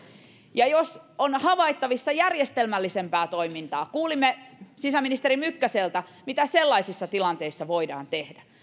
ja jos on havaittavissa järjestelmällisempää toimintaa kuulimme sisäministeri mykkäseltä mitä sellaisissa tilanteissa voidaan tehdä